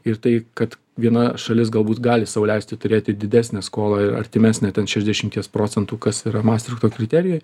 ir tai kad viena šalis galbūt gali sau leisti turėti didesnę skolą artimesnę ten šešiasdešimties procentų kas yra mastrichto kriterijuj